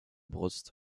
brust